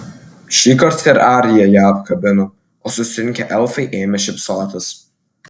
šįkart ir arija ją apkabino o susirinkę elfai ėmė šypsotis